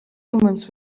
omens